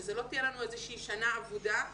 שזו לא תהיה איזה שהיא שנה אבודה,